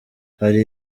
hari